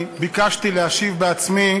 ביקשתי להשיב בעצמי